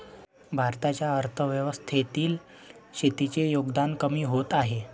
भारताच्या अर्थव्यवस्थेतील शेतीचे योगदान कमी होत आहे